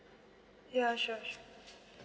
ya sure sure